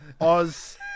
Oz